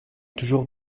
toujours